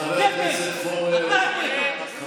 חבר הכנסת פורר, נא לשבת.